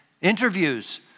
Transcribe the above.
interviews